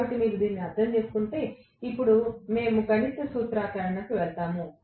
కాబట్టి మీరు దీన్ని అర్థం చేసుకుంటే ఇప్పుడు మేము గణిత సూత్రీకరణకు వెళ్తాము